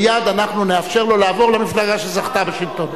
מייד אנחנו נאפשר לו לעבור למפלגה שזכתה בשלטון.